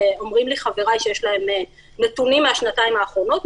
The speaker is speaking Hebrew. כי אומרים לי חבריי שיש להם נתונים מהשנתיים האחרונות,